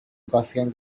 gaussian